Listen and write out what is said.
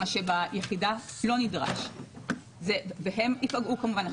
מה שביחידה לא נדרש, והם ייפגעו כמובן.